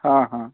हां हां